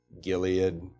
Gilead